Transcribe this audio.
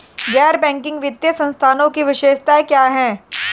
गैर बैंकिंग वित्तीय संस्थानों की विशेषताएं क्या हैं?